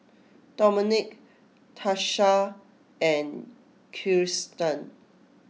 Domonique Tarsha and Kirsten